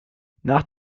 nach